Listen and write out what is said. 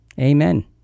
Amen